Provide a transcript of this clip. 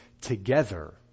together